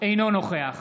אינו נוכח